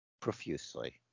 profusely